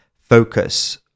focus